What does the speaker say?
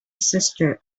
sister